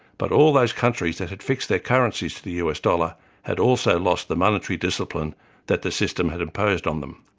but all those countries that had fixed their currencies to the us dollar had also lost the monetary discipline that the system had imposed on them.